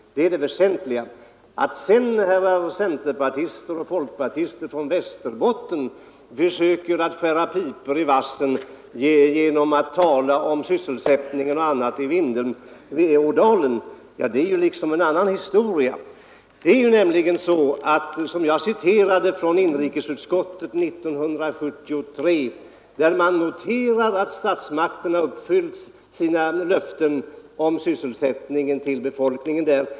Det är det väsentliga. Att sedan herrar centerpartister och folkpartister från Västerbotten försöker skära pipor i vassen genom att tala om sysselsättningen och annat i Vindelådalen är liksom en annan historia. Jag citerade ju inrikesutskottets betänkande från år 1973, där man noterade att statsmakterna har uppfyllt sina löften om sysselsättning till befolkningen där.